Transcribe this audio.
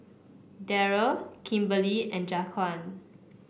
Daryl Kimberlie and Jaquan